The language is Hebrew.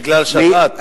בגלל שבת.